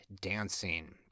dancing